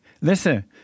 Listen